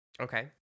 Okay